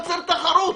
ותיווצר תחרות.